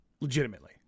Legitimately